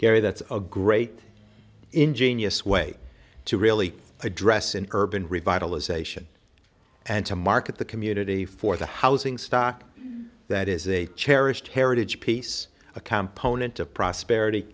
gary that's a great ingenious way to really address an urban revitalization and to market the community for the housing stock that is a cherished heritage piece a compost into prosperity